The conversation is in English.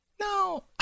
No